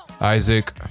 Isaac